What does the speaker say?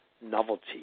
novelty